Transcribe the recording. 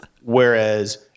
Whereas